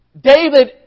David